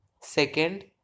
Second